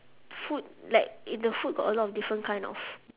food like if the food got a lot of different kind of